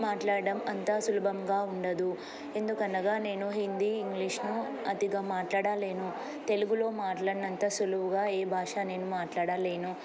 మాట్లాడడం అంతా సులభంగా ఉండదు ఎందుకనగా నేను హిందీ ఇంగ్లీష్ను అతిగా మాట్లాడాలను తెలుగులో మాట్లాడినంత సులువుగా ఏ భాష నేను మాట్లాడాలను